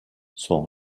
son